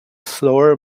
slower